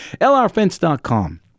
Lrfence.com